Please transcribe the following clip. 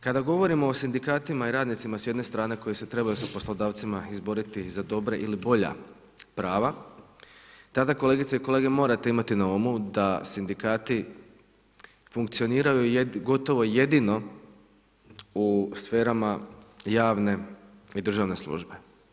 Kada govorimo o sindikatima i radnicima s jedne strane koje se trebaju sa poslodavcima izboriti za dobre ili bolja prava, tada kolegice i kolege, morate imati na umu da sindikati funkcioniraju gotovo jedino u sferama javne i državne službe.